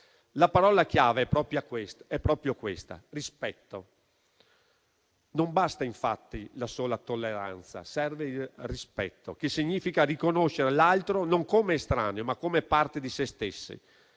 La parola chiave è proprio questa: rispetto. Non basta, infatti, la sola tolleranza; serve il rispetto, che significa riconoscere l'altro non come estraneo, ma come parte di sé stesso.